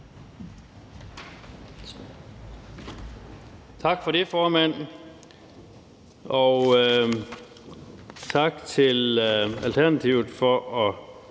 Tak for det, formand. Og tak til Alternativet for at